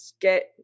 get